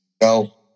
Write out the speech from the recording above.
go